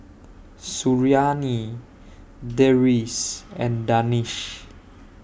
Suriani Deris and Danish